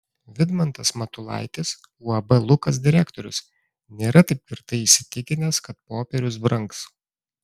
vidmantas matulaitis uab lukas direktorius nėra taip tvirtai įsitikinęs kad popierius brangs